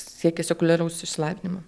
siekė sekuliaraus išsilavinimo